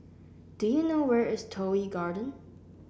do you know where is Toh Yi Garden